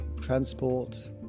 transport